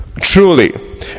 truly